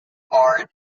art